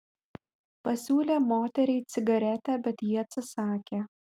pasiūlė moteriai cigaretę bet ji atsisakė